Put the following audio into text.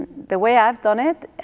the way i have done it